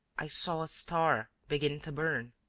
i saw a star begin to burn